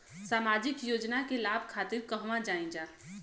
सामाजिक योजना के लाभ खातिर कहवा जाई जा?